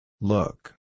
Look